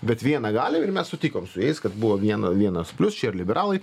bet vieną gali ir mes sutikom su jais kad buvo viena vienas plius čia ir liberalai